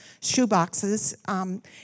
shoeboxes